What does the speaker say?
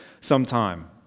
sometime